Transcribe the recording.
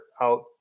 out